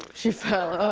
she fell.